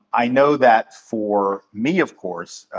i know that for me, of course,